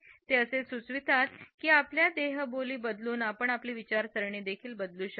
ते असे सुचवितात की आपल्या देहबोली बदलून आपण आपली विचारसरणी देखील बदलू शकतो